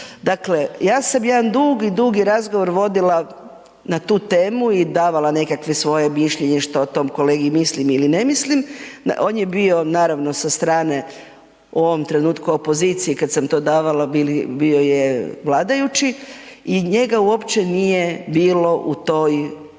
Dakle, ja sam jedan dugi, dugi razgovor vodila na tu temu i davala nekakvo svoje mišljenje što o tom kolegi mislim ili ne mislim. On je bio naravno sa strane u ovom trenutku u opoziciji kada sam to davala bio je vladajući i njega uopće nije bilo u tom